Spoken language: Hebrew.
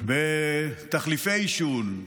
בתחליפי עישון,